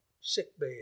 sickbed